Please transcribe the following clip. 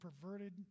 perverted